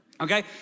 okay